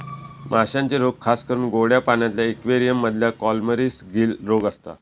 माश्यांचे रोग खासकरून गोड्या पाण्यातल्या इक्वेरियम मधल्या कॉलमरीस, गील रोग असता